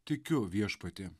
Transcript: tikiu viešpatie